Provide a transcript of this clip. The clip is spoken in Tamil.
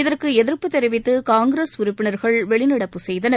இதற்கு எதிர்ப்பு தெரிவித்து காங்கிரஸ் உறுப்பினர்கள் வெளிநடப்பு செய்தனர்